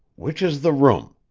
which is the room?